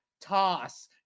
toss